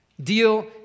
deal